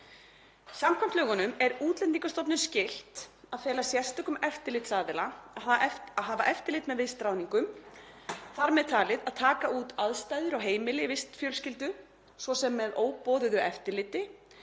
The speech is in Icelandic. Samkvæmt lögunum er Útlendingastofnun skylt að fela sérstökum eftirlitsaðila að hafa eftirlit með vistráðningum, þar með talið að taka út aðstæður á heimili vistfjölskyldu, svo sem með óboðuðu eftirliti,